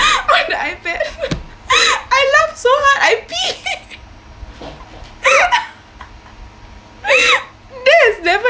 on the ipad I laughed so hard I peed that has never